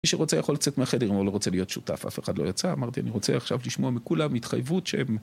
מי שרוצה יכול לצאת מהחדר אם הוא לא רוצה להיות שותף, אף אחד לא יצא, אמרתי אני רוצה עכשיו לשמוע מכולם התחייבות שהם